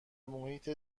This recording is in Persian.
محیط